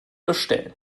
bestellen